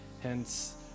hence